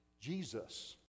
Jesus